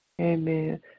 Amen